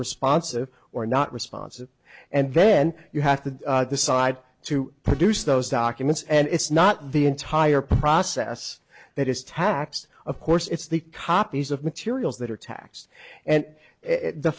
responsive or not responsive and then you have to decide to produce those documents and it's not the entire process that is taxed of course it's the copies of materials that are taxed and the